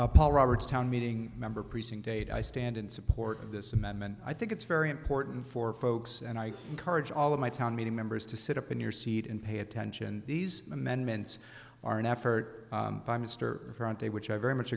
paul roberts town meeting member precinct eight i stand in support of this amendment i think it's very important for folks and i encourage all of my town meeting members to sit up in your seat and pay attention these amendments are an effort by mr aren't they which i very much